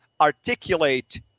articulate